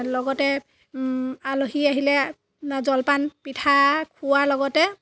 লগতে আলহী আহিলে জলপান পিঠা খোৱাৰ লগতে